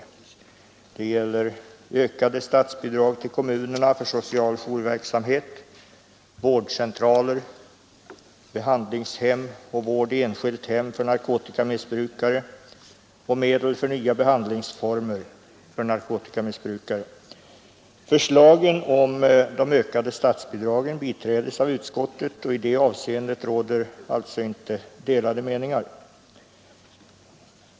Det här avsnittet gäller ökade statsbidrag till kommunerna för social jourverksamhet, vårdcentraler, behandlingshem och vård i enskilt hem för narkotikamissbrukare samt medel för nya behandlingsformer för narkotikamissbrukare. Förslagen om de ökade statsbidragen biträds av utskottet, och i det avseendet råder alltså inte delade meningar.